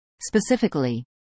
Specifically